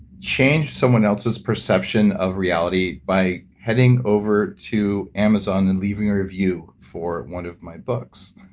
change someone else's perception of reality by heading over to amazon and leaving a review for one of my books,